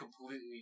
completely